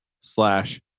slash